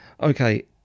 Okay